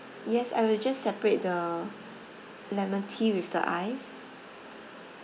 yes I will just separate the lemon tea with the ice